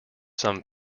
some